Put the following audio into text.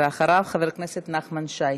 יחיא, ואחריו, חבר הכנסת נחמן שי.